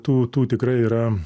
tų tų tikrai yra